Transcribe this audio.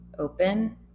open